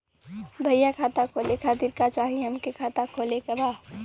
भईया खाता खोले खातिर का चाही हमके खाता खोले के बा?